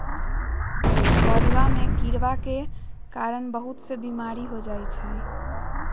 पौधवन में कीड़वन के कारण बहुत से बीमारी हो जाहई